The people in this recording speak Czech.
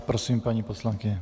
Prosím paní poslankyni.